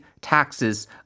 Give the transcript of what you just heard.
taxes